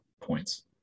points